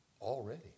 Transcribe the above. already